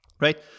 right